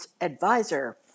advisor